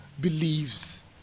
believes